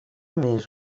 més